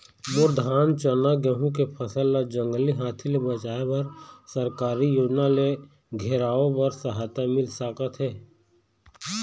मोर धान चना गेहूं के फसल ला जंगली हाथी ले बचाए बर सरकारी योजना ले घेराओ बर सहायता मिल सका थे?